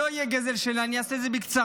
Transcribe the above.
ובשביל שלא יהיה גזל שינה, אני אעשה את זה בקצרה.